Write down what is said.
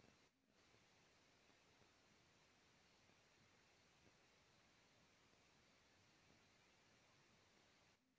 वित्त कउनो भी काम के सुचारू रूप से चलावे में मदद करला